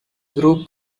group